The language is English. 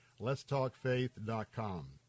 letstalkfaith.com